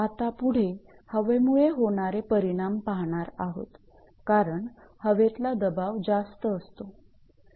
आता पुढे हवेमुळे होणारे परिणाम पाहणार आहोत कारण हवेतला दबाव जास्त असतो